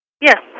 Yes